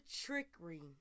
Trickery